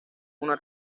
una